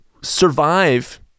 survive